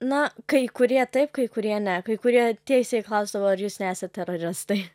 na kai kurie taip kai kurie ne kai kurie tiesiai klausdavo ar jūs nesat teroristai